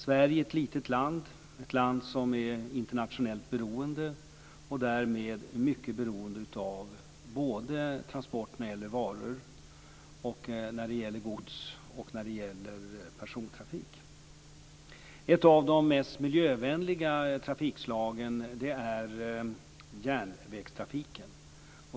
Sverige är ett litet land som är internationellt beroende och därmed mycket beroende av transport av varor, av gods och persontrafik. Ett av de mest miljövänliga trafikslagen är järnvägstrafiken.